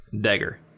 Dagger